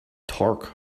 torque